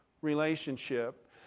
relationship